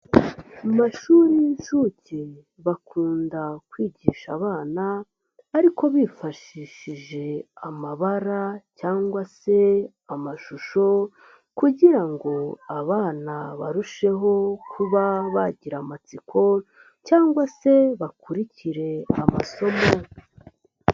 Mu mashuri y'inshuke bakunda kwigisha abana ariko bifashishije amabara cyangwa se amashusho kugira ngo abana barusheho kuba bagira amatsiko cyangwa se bakurikire amasomo.